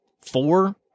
four